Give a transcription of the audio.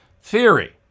theory